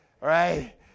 right